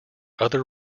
other